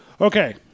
Okay